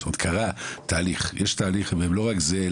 זאת אומרת קרה תהליך ולא רק זה,